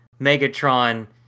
Megatron